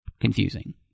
confusing